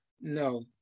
no